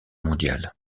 mondiale